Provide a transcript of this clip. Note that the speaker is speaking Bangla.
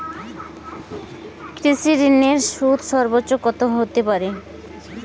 কৃষিঋণের সুদ সর্বোচ্চ কত হতে পারে?